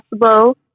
possible